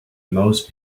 most